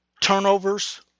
turnovers